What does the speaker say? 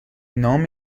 نام